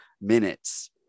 minutes